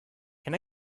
can